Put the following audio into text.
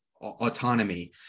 autonomy